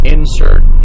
Insert